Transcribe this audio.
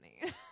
money